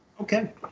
okay